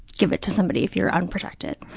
give it to somebody if you're unprotected.